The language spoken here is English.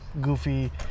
goofy